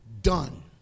done